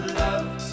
love